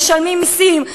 משלמים מסים,